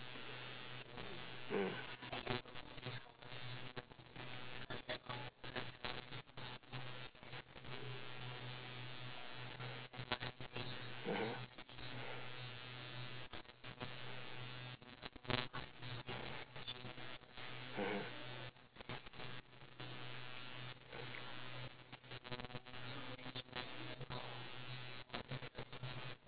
mm mmhmm <mmhmm) mmhmm